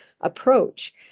approach